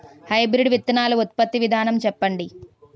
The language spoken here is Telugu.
హైబ్రిడ్ విత్తనాలు ఉత్పత్తి విధానం చెప్పండి?